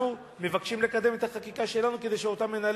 מבקשים לקדם את החקיקה שלנו כדי שאותם מנהלי